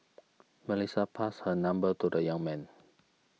Melissa passed her number to the young man